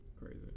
Crazy